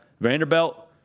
Vanderbilt